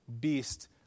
beast